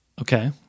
okay